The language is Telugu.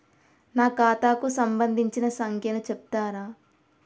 నా ఖాతా కు సంబంధించిన సంఖ్య ను చెప్తరా?